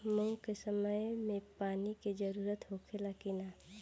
मूंग के समय मे पानी के जरूरत होखे ला कि ना?